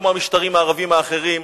כמו המשטרים הערביים האחרים,